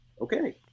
okay